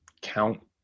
count